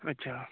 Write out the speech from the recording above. अच्छा